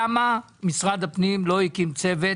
למה משרד הפנים לא הקים צוות,